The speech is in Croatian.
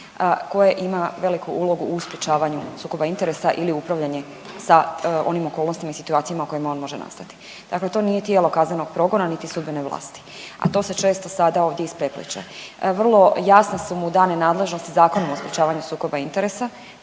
koje ima veliku ulogu u sprječavanju sukoba interesa ili upravljanje sa onim okolnostima i situacijama u kojima on može nastati. Dakle, to nije tijelo kaznenog progona niti sudbene vlasti, a to se često sada dosta isprepliće. Vrlo jasne su mu dane nadležnosti Zakonom o sprečavanju sukoba interesa,